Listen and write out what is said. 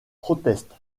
proteste